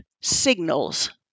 signals